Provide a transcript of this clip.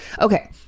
Okay